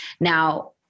Now